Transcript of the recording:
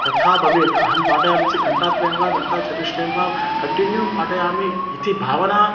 तथा भवेत् अहं पाठयामि चित् घण्टात्रयं व घण्टाचतुष्टयं वा कण्टिन्यू पाठयामि इति भावना